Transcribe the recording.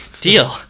Deal